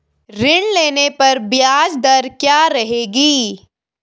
ऋण लेने पर ब्याज दर क्या रहेगी?